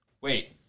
wait